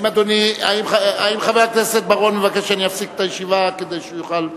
האם חבר הכנסת בר-און מבקש שאני אפסיק את הישיבה כדי שהוא יוכל,